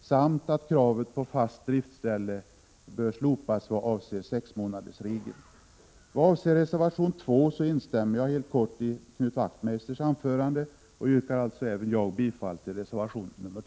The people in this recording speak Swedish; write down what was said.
samt att kravet på fast driftsställe bör slopas vad avser sexmånadersregeln. När det gäller reservation nr 2 instämmer jag helt i Knut Wachtmeisters anförande. Även jag yrkar således bifall till reservation nr 2.